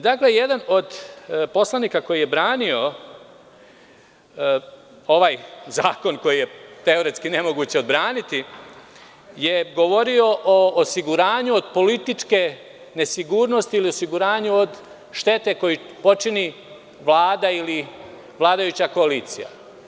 Dakle, jedan od poslanika koji je branio ovaj zakon koji je teoretski nemoguće odbraniti, govorio je o osiguranju od političke nesigurnosti ili osiguranju od štete koju počini Vlada ili vladajuća koalicija.